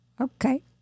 Okay